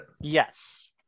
Yes